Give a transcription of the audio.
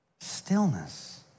Stillness